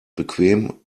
bequem